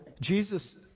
Jesus